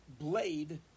blade